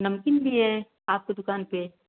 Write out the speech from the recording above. नमकीन भी है आपकी दुकान पर